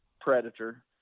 predator